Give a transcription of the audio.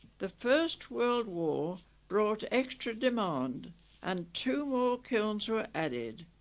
the first world war brought extra demand and two more kilns were added,